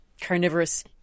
carnivorous